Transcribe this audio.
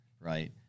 right